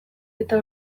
eta